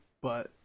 but-